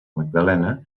magdalena